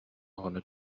оҕону